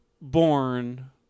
born